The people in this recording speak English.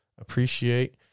appreciate